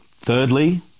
thirdly